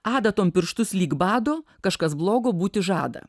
adatom pirštus lyg bado kažkas blogo būti žada